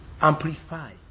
amplify